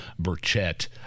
Burchett